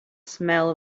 smell